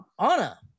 Anna